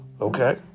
Okay